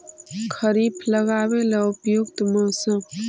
खरिफ लगाबे ला उपयुकत मौसम?